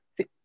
See